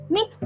Mix